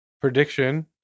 Prediction